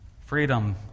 freedom